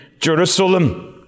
Jerusalem